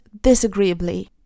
disagreeably